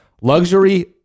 luxury